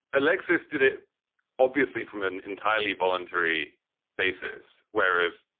alexis did it obviously from an entirely voluntary basis, whereas,